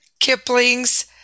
Kipling's